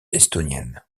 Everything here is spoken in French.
estonienne